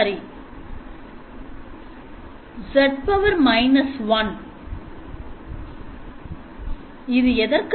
சரி z −1Z2